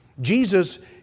Jesus